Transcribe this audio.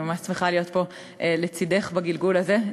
אני ממש שמחה להיות פה לצדך בגלגול הזה,